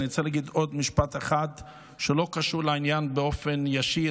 אני רוצה להגיד עוד משפט אחד שלא קשור לעניין באופן ישיר.